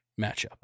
matchup